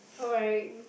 alright